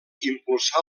impulsà